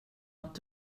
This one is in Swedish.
att